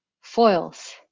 foils